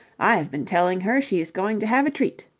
i have been telling her she's going to have a treat.